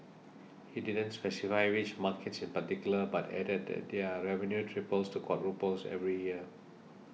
he didn't specify which markets in particular but added that their revenue triples to quadruples every year